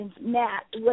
Matt